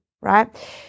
right